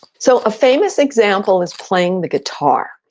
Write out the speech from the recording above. so a famous example is playing the guitar.